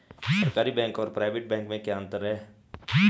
सरकारी बैंक और private bank में क्या क्या अंतर हैं?